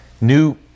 New